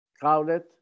crowded